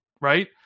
Right